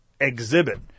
exhibit